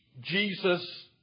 Jesus